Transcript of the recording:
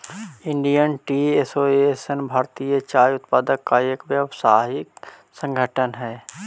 Indian Tea Association भारतीय चाय उत्पादकों का एक व्यावसायिक संगठन हई